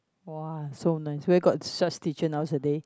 !wah! so nice where got such teacher so nice nowadays